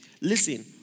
Listen